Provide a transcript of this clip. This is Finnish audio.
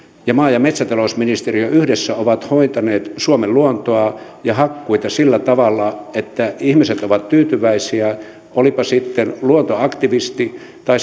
ja maa ja metsätalousministeriö yhdessä ovat hoitaneet suomen luontoa ja hakkuita sillä tavalla että ihmiset ovat tyytyväisiä olivatpa sitten luontoaktivisteja tai